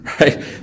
right